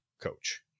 coach